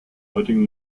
heutigen